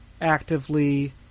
actively